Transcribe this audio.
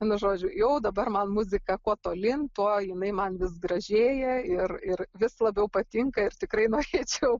vienu žodžiu jau dabar man muzika kuo tolyn tuo jinai man vis gražėja ir ir vis labiau patinka ir tikrai norėčiau